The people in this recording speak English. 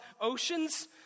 oceans